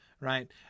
right